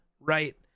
right